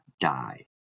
die